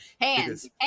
Hands